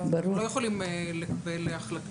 אנחנו לא יכולים לקבל החלטה.